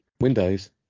windows